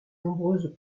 nombreuses